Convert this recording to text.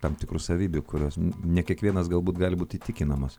tam tikrų savybių kurios ne kiekvienas galbūt gali būt įtikinamas